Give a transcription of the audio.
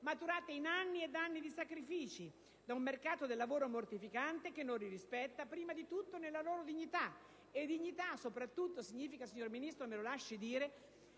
maturate in anni e anni di sacrifici, da un mercato del lavoro mortificante, che non li rispetta prima di tutto nella loro dignità. Dignità significa sopratutto - signor Ministro, me lo lasci dire